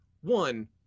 one